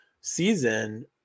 season